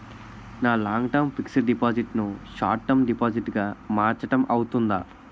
నా long term fixed deposit ను short term deposit గా మార్చటం అవ్తుందా?